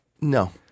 No